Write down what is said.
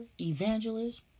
evangelist